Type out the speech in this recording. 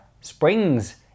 springs